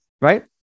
right